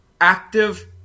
active